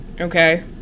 Okay